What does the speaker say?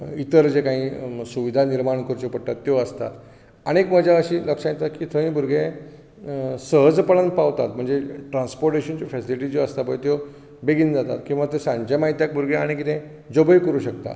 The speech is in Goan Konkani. इतर जें कांय सुविधा निर्माण करच्यो पडटात त्यो आसतात आनीक एक वजाह अशी लक्षांत येता की थंय भुरगे सहजपणान पावतात म्हणजे ट्रान्सपोर्टेशनाच्यो फेसिलिटीज ज्यो आसता पय बेगीन जातात किवा सांजचे मागीर ते भुरगे आनीक कितें जोबूय करूंक शकतात